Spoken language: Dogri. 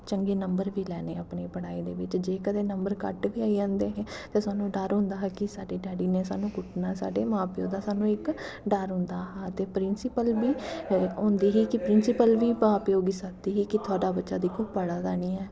चंगे नंबर बी लैने अपने पढ़ाई दे बिच्च जे कदें नंबर घट्ट बी आई जंदे हे ते सानूं डर होंदा हा कि साढ़े डैडी ने कुट्टना ऐ साढ़े मां प्यो दा सानूं इक डर होंदा हा ते प्रिंसिपल बी होंदी ही कि प्रिंसिपल बी मां प्यो गी सद्ददी ही कि थोआढ़ा बच्चा दिक्खो पढ़ा दा निं ऐ